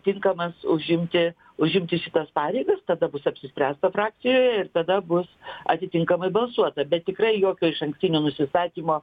tinkamas užimti užimti šitas pareigas tada bus apsispręsta frakcijoje ir tada bus atitinkamai balsuota bet tikrai jokio išankstinio nusistatymo